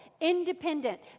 independent